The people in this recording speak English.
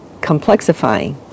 complexifying